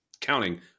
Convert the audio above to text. counting